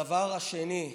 הדבר השני,